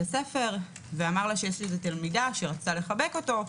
הספר ואמר לה שהיתה תלמידה שרצתה לחבק אותו,